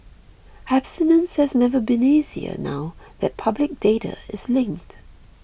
abstinence has never been easier now that public data is linked